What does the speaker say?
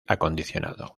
acondicionado